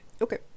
Okay